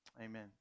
Amen